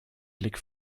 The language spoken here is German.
blick